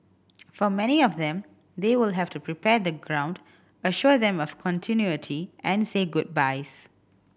for many of them they will have to prepare the ground assure them of continuity and say goodbyes